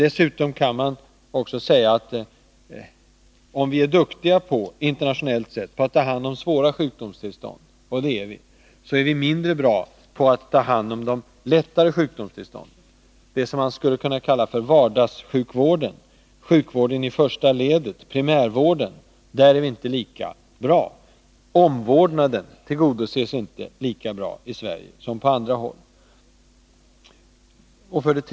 För det andra kan man säga att om vi internationellt sett är duktiga på att ta hand om svåra sjukdomstillstånd, så är vi mindre bra på att ta hand om de lättare sjukdomstillstånden, det som man skulle kunna kalla för vardagssjukvården, sjukvården i första ledet, primärvården. Omvårdnaden tillgodoses inte lika bra i Sverige som på andra håll.